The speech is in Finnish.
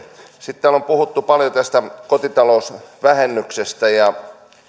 sitten täällä on puhuttu paljon tästä kotitalousvähennyksestä